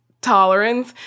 tolerance